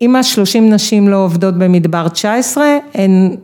אם השלושים נשים לא עובדות במדבר תשע עשרה הן